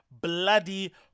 bloody